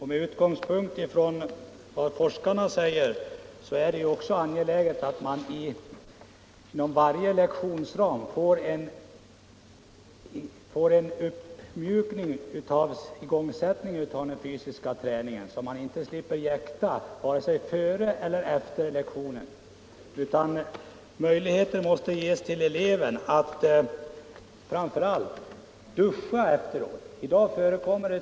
Med utgångspunkt i vad forskarna säger är det också angeläget att man vid varje lektion får tid till uppmjukning innan man sätter i gång den fysiska träningen. Man skall inte behöva jäkta både före och efter en gymnastiklektion. Framför allt måste eleverna ha möjligheter att duscha efter träningen.